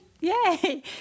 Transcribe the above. Yay